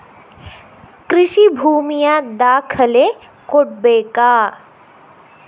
ಕೃಷಿ ಭೂಮಿಯ ದಾಖಲೆ ಕೊಡ್ಬೇಕಾ?